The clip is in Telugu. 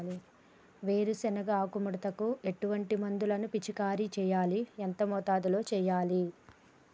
వేరుశెనగ ఆకు ముడతకు ఎటువంటి మందును పిచికారీ చెయ్యాలి? ఎంత మోతాదులో చెయ్యాలి?